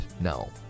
No